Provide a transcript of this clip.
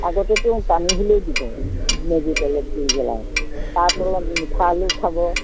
আগতেতো পানী হ'লেও দিব মেজি তলত জুই জলাই তাৰ তলত মিঠা আলু খাব